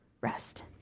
rest